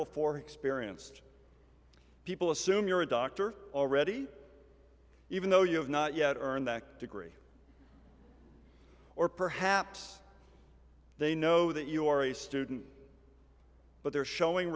before experienced people assume you're a doctor already even though you have not yet earned that degree or perhaps they know that you are a student but they're showing